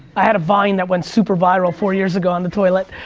i had a vine that went super viral four years ago on the toilet.